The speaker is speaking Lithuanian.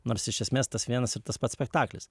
nors iš esmės tas vienas ir tas pats spektaklis